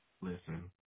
Listen